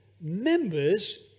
members